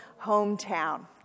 hometown